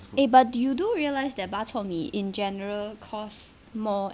eh but you do realise that bak chor mee in general cost more